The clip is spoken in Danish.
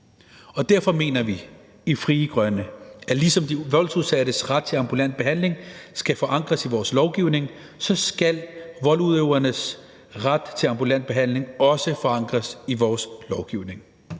dag. Derfor mener vi i Frie Grønne, at ligesom de voldsudsattes ret til ambulant behandling skal forankres i lovgivningen, skal voldsudøvernes ret til ambulant behandling også forankres i lovgivningen.